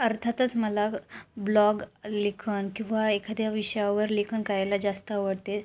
अर्थातच मला ग ब्लॉग लेखन किंवा एखाद्या विषयावर लेखन करायला जास्त आवडते